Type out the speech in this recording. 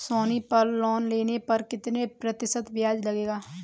सोनी पल लोन लेने पर कितने प्रतिशत ब्याज लगेगा?